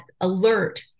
alert